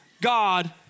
God